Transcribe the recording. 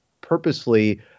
purposely